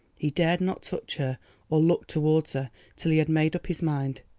he dared not touch her or look towards her till he had made up his mind.